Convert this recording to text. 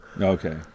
okay